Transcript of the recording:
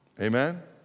Amen